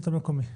השלטון המקומי,